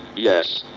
yes.